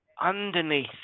underneath